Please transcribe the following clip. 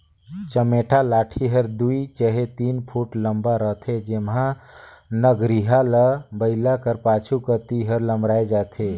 चमेटा लाठी हर दुई चहे तीन फुट लम्मा रहथे जेम्हा नगरिहा ल बइला कर पाछू कती हर लमराए जाए